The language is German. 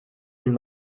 den